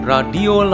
Radio